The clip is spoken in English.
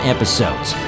Episodes